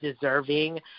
deserving